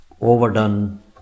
Overdone